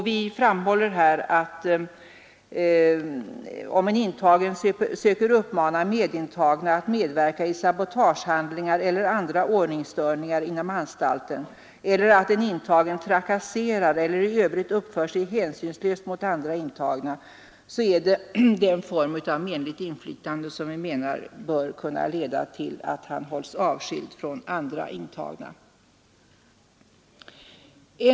Vi framhåller här: Om en intagen söker uppmana medintagna att medverka i sabotagehandlingar eller andra ordningsstörningar inom anstalten eller om en intagen trakasserar eller i övrigt uppför sig hänsynslöst mot andra intagna så är detta en form av menligt inflytande som bör kunna leda till att han hålls avskild från andra intagna.